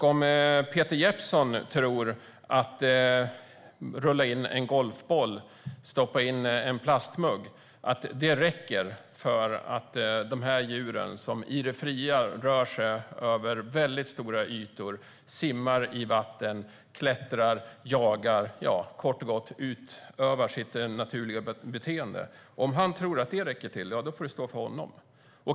Om Peter Jeppsson tror att det räcker att man rullar in en golfboll eller stoppar in en plastmugg till dessa djur, som i det fria rör sig över stora ytor, simmar i vatten, klättrar, jagar och kort och gott utövar sitt naturliga beteende, får det stå för honom.